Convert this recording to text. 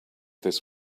this